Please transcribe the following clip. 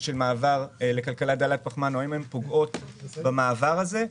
של מעבר לכלכלה דלת פחמן או האם הן פוגעות במעבר הזה.